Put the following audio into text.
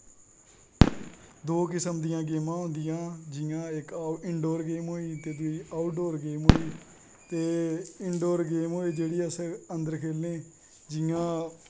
दो किस्म दियां गेमां होंदियां जियां इक इन्डोर गेम होई ते दुई अउट डोर गेम होई ते इन्डोर गेम होई जेह्ड़ी अस अन्र खेलने जियां जियां